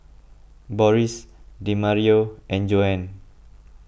Boris Demario and Joanne